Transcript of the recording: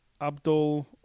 Abdul